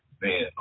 Man